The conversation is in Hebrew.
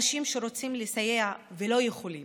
אנשים שרוצים לסייע ולא יכולים,